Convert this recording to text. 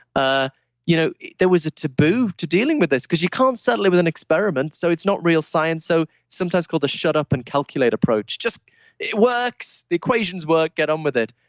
ah you know there was a taboo to dealing with this because you can't settle it with an experiment. so, it's not real science. so sometimes called the shut up and calculate approach just it works, the equations work, get on with it.